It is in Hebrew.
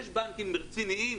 יש בנקים רציניים,